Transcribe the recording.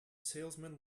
salesman